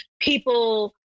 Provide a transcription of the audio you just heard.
people